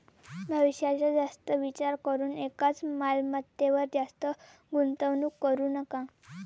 भविष्याचा जास्त विचार करून एकाच मालमत्तेवर जास्त गुंतवणूक करू नका